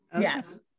Yes